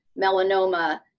Melanoma